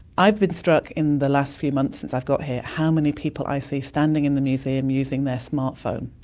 i've been struck in the last few months since i've got here how many people i see standing in the museum using their smart phone.